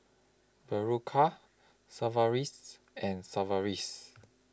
Berocca Sigvaris and Sigvaris